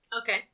Okay